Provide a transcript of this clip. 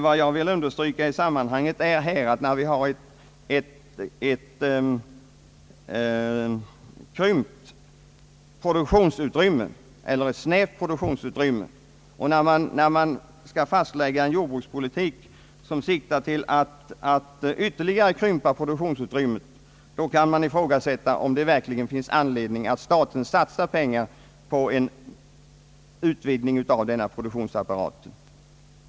Vad jag vill dra upp i sammanhanget är emellertid om det, när vi har ett krympt och snävt produktionsutrymme och när man skall fastlägga en jordbrukspolitik som siktar till att ytterligare krympa produktionsutrymmet, verkligen finns anledning för staten att satsa pengar på en utvidgning av denna produktionsapparat.